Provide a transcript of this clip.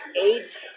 eight